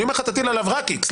אני אומר לך תטיל עליו רק X,